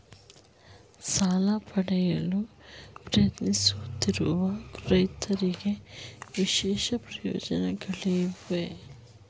ಸಾಲ ಪಡೆಯಲು ಪ್ರಯತ್ನಿಸುತ್ತಿರುವ ರೈತರಿಗೆ ವಿಶೇಷ ಪ್ರಯೋಜನಗಳಿವೆಯೇ?